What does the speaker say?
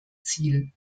ziel